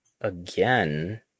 again